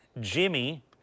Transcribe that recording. Jimmy